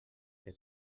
que